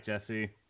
Jesse